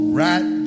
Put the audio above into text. right